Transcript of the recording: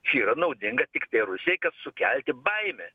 čia yra naudinga tiktai rusijai kad sukelti baimę